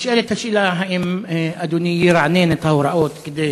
נשאלת השאלה, האם אדוני ירענן את ההוראות כדי